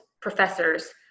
professors